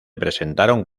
presentaron